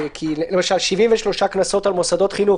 למשל 73 קנסות על מוסדות חינוך